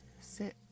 sit